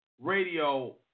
radio